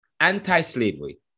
anti-slavery